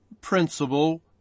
principle